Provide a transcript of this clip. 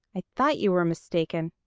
i thought you were mistaken.